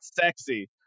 sexy